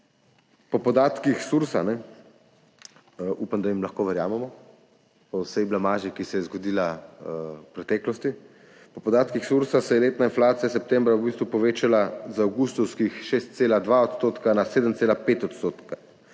Po podatkih Sursa – upam, da jim lahko verjamemo po vsej blamaži, ki se je zgodila v preteklosti – po podatkih Sursa se je letna inflacija septembra v bistvu povečala z avgustovskih 6,2 % na 7,5 %.